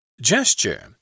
Gesture